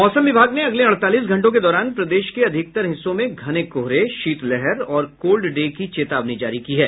मौसम विभाग ने अगले अड़तालीस घंटों के दौरान प्रदेश के अधिकतर हिस्सों में घने कोहरे शीतलहर और कोल्ड डे की चेतावनी जारी की है